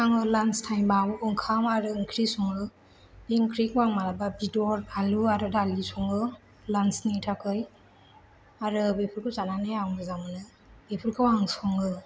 आङो लान्च टाइमाव ओंखाम आरो ओंख्रि सङो बे ओंख्रिखौ आं मालाबा बेदर आलु आरो दालि सङो लान्चनि थाखाय आरो बेफोरखौ जानानैहाय आं मोजां मोनो बेफोरखौ आं सङो